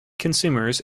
consumers